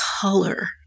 color